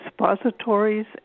suppositories